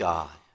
God